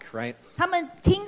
right